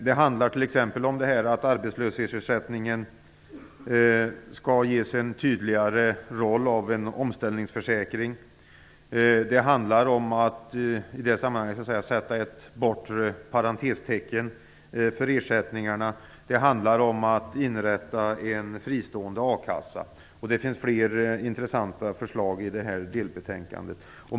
Det handlar t.ex. om att arbetslöshetsförsäkringen skall ges en tydligare roll av en omställningsförsäkring. Det handlar i det sammanhanget om att sätta ett bortre parentestecken för ersättningarna. Det handlar om att inrätta en fristående a-kassa. Det finns fler intressanta förslag i det här delbetänkandet.